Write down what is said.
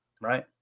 Right